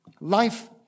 Life